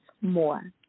more